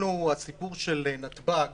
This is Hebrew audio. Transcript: הסיפור של נתב"ג